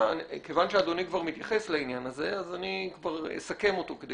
וכיוון שאדוני כבר מתייחס לעניין הזה אז אני כבר אסכם אותו כדי